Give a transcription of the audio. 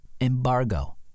embargo